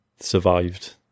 survived